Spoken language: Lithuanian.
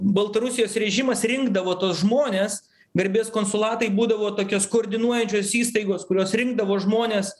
baltarusijos režimas rinkdavo tuos žmones garbės konsulatai būdavo tokios koordinuojančios įstaigos kurios rinkdavo žmones